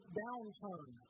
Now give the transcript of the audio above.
downturn